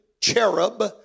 cherub